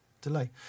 delay